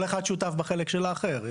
כל אחד שותף בחלק של האחר.